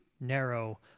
narrow